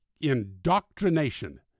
indoctrination